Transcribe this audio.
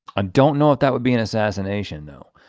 and don't know if that would be an assassination though.